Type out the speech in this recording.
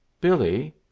Billy